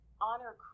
honor